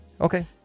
Okay